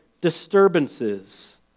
disturbances